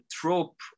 trope